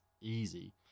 easy